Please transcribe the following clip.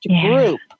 group